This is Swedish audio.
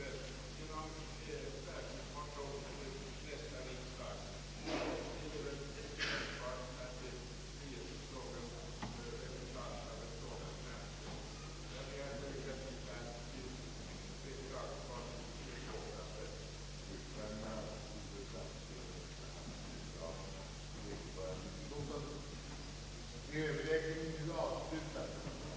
Den gällde om det var möjligt att det i detta belopp också ingick pengar avsedda till löner, alltså statsbidrag till löner ej använda för sitt egentliga ändamål, utan fonderade.